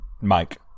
Mike